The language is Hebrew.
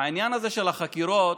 העניין הזה של החקירות,